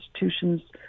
institutions